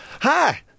hi